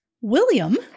William